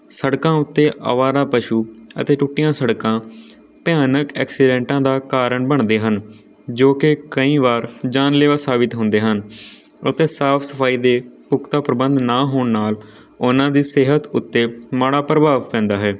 ਸੜਕਾਂ ਉੱਤੇ ਅਵਾਰਾ ਪਸ਼ੂ ਅਤੇ ਟੁੱਟੀਆਂ ਸੜਕਾਂ ਭਿਆਨਕ ਐਕਸੀਡੈਂਟਾਂ ਦਾ ਕਾਰਨ ਬਣਦੇ ਹਨ ਜੋ ਕਿ ਕਈ ਵਾਰ ਜਾਨਲੇਵਾ ਸਾਬਿਤ ਹੁੰਦੇ ਹਨ ਅਤੇ ਸਾਫ ਸਫਾਈ ਦੇ ਪੁਖਤਾ ਪ੍ਰਬੰਧ ਨਾ ਹੋਣ ਨਾਲ ਉਹਨਾਂ ਦੀ ਸਿਹਤ ਉੱਤੇ ਮਾੜਾ ਪ੍ਰਭਾਵ ਪੈਂਦਾ ਹੈ